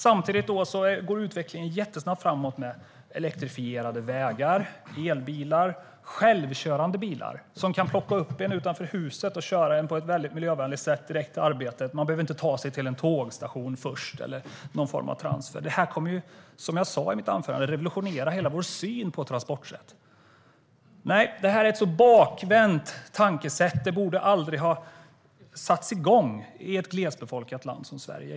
Samtidigt går utvecklingen jättesnabbt framåt med elektrifierade vägar, elbilar och självkörande bilar som kan plocka upp en utanför huset och köra en på ett väldigt miljövänligt sätt direkt till arbetet. Man behöver inte ta sig till en tågstation först eller någon form av transfer. Det här kommer, som jag sa i mitt anförande, att revolutionera hela vår syn på transportsätt. Nej, det här är ett bakvänt tankesätt. Det borde aldrig ha satts igång i ett glesbefolkat land som Sverige.